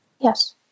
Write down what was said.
Yes